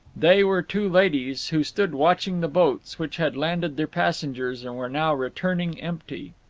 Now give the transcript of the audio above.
they were two ladies, who stood watching the boats, which had landed their passengers and were now returning empty.